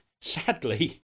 sadly